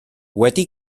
wedi